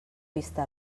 vista